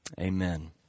Amen